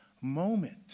moment